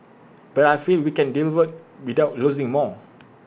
but I feel we can develop without losing more